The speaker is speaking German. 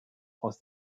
aus